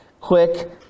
Quick